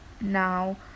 Now